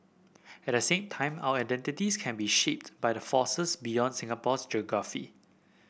at the same time our identities can be shaped by the forces beyond Singapore's geography